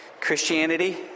Christianity